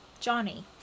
Johnny